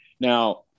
Now